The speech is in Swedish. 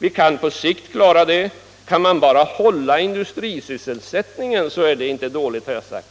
Vi kan på sikt klara uppgiften. Jag har också sagt att det inte är dåligt om vi bara kan upprätthålla